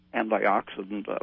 antioxidant